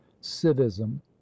civism